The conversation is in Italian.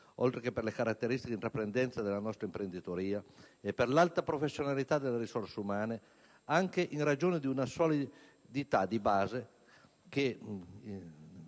oltre che per le caratteristiche di intraprendenza della nostra imprenditoria e per l'alta professionalità delle risorse umane, anche in ragione di una solidità di base,